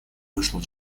вышел